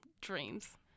dreams